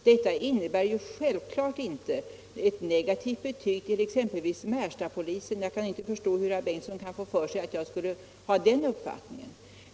Detta innebär självfallet inte ett negativt betyg åt t.ex. Märstapolisen — jag kan inte förstå hur herr Bengtsson kan få för sig något sådant.